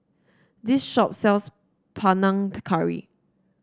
this shop sells Panang Curry